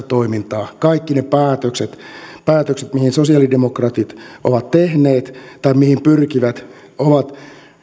toimintaa kaikki ne päätökset päätökset mitä sosialidemokraatit ovat tehneet tai mihin he pyrkivät ovat